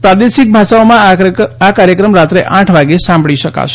પ્રાદેશિક ભાષાઓમાં આ કાર્યક્રમ રાત્રે આઠ વાગે સાંભળી શકાશે